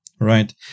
Right